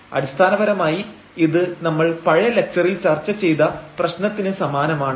അടിസ്ഥാനപരമായി ഇത് നമ്മൾ പഴയ ലക്ചറിൽ ചർച്ച ചെയ്തപ്രശ്നത്തിന് സമാനമാണ്